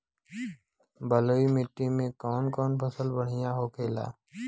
बलुई मिट्टी में कौन कौन फसल बढ़ियां होखेला?